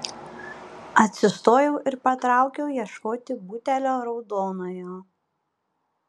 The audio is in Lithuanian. atsistojau ir patraukiau ieškoti butelio raudonojo